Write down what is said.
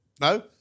No